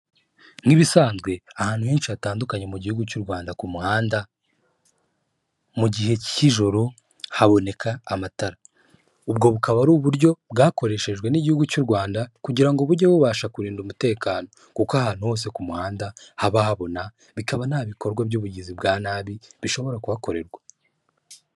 Nk'ibisanzwe ahantu henshi hatandukanye mu gihugu cy'u Rwanda ku muhanda, mu gihe cy'ijoro haboneka amatara. Ubwo bukaba ari uburyo bwakoreshejwe n'igihugu cy'u Rwanda kugira ngo bujye bubasha kurinda umutekano kuko ahantu hose ku muhanda haba habona, bikaba nta bikorwa by'ubugizi bwa nabi bishobora kuhakorerwa.